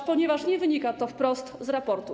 Pytam, ponieważ nie wynika to wprost z raportu.